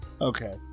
Okay